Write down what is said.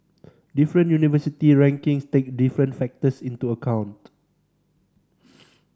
different university rankings take different factors into account